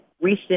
recent